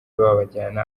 babajyana